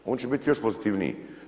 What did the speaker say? Oni će biti još pozitivniji.